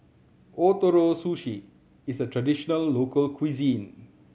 Ootoro Sushi is a traditional local cuisine